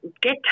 get